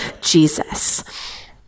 Jesus